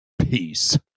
peace